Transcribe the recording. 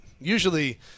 Usually